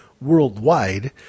worldwide